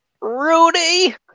Rudy